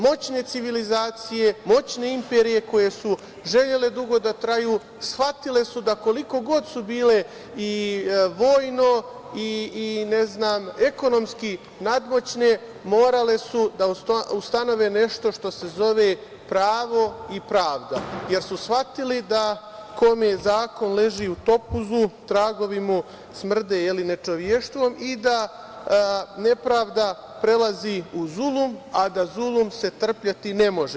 Moćne civilizacije, moćne imperije, koje su želele dugo da traju, shvatile su da koliko god su bile i vojno i ekonomski nadmoćne, morale su da ustanove nešto što se zove pravo i pravda, jer su shvatili da kome zakon leži u topuzu, tragovi mu smrde nečovještvom i da nepravda prelazi u zulum, a da zulum se trpeti ne može.